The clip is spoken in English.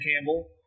Campbell